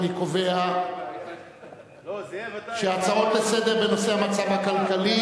אני קובע שההצעות לסדר-היום בנושא המצב הכלכלי